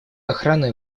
охраны